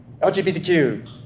LGBTQ